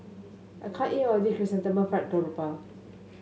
I can't eat all of this Chrysanthemum Fried Garoupa